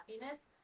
happiness